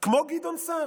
כמו גדעון סער.